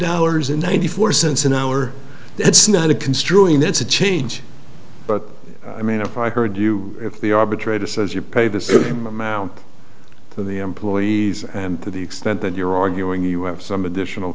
dollars and ninety four cents an hour that's not a construing that's a change but i mean if i heard you if the arbitrator says you pay the same amount for the employees and to the extent that you're arguing you have some additional